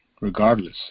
regardless